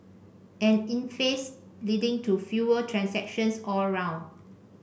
an impasse leading to fewer transactions all round